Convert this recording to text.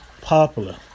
popular